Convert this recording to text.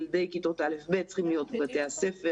ילדי כיתות א'-ב' צריכים להיות בבתי הספר